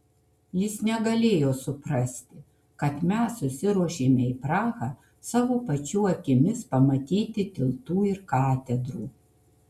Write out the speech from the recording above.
jis negalėjo suprasti kad mes susiruošėme į prahą savo pačių akimis pamatyti tiltų ir katedrų